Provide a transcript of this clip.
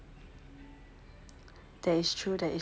that's true that's true